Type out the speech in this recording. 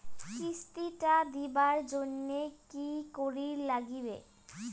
কিস্তি টা দিবার জন্যে কি করির লাগিবে?